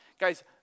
Guys